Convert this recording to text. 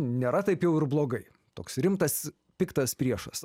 nėra taip jau ir blogai toks rimtas piktas priešas